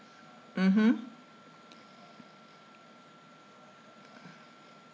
mmhmm